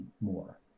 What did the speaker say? more